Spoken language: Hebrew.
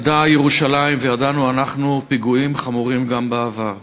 ידעה ירושלים וידענו אנחנו פיגועים חמורים גם בעבר,